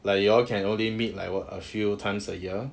like you all can only meet like a few times a year